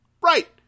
Right